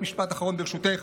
משפט אחרון, ברשותך.